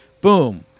boom